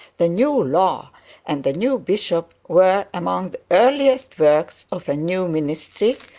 the new law and the new bishop were among the earliest works of a new ministry,